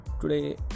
Today